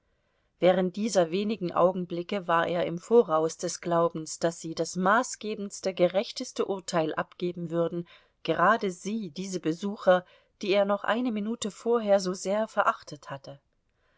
während dieser wenigen augenblicke war er im voraus des glaubens daß sie das maßgebendste gerechteste urteil abgeben würden gerade sie diese besucher die er noch eine minute vorher so sehr verachtet hatte